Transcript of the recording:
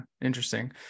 interesting